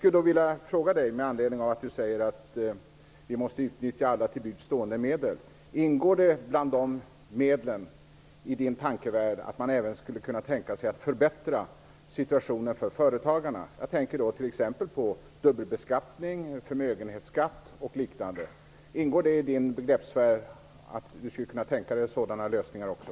Med anledning av att Lennart Beijer säger att vi måste utnyttja alla till buds stående medel skulle jag vilja fråga honom om det bland dessa medel i hans tankevärld ingår att förbättra situationen för företagarna. Jag tänker t.ex. på dubbelbeskattning, förmögenhetsskatt och liknande. Skulle Lennart Beijer kunna tänka sig sådana lösningar också?